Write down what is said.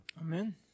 Amen